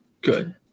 Good